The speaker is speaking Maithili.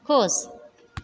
खुश